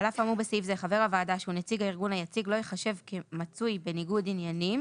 שהוא נציג הארגון היציג לא ייחשב כמצוי בניגוד עניינים